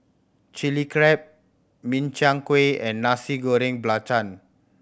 Chilli Crab Min Chiang Kueh and Nasi Goreng Belacan